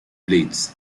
blades